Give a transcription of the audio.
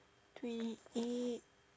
twenty eight